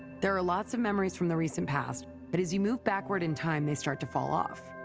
there are lots of memories from the recent past, but as you move backward in time they start to fall off